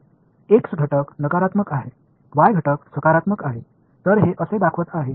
x இன் கூறு எதிர்மறையானது y இன் கூறு நேர்மறையானது